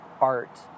art